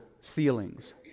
ceilings